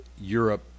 Europe